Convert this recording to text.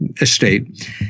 estate